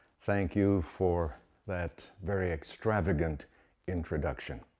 thank you for that very extravagant introduction.